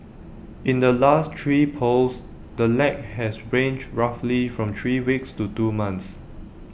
in the last three polls the lag has ranged roughly from three weeks to two months